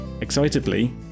Excitedly